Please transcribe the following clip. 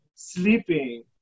sleeping